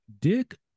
Dick